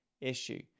issue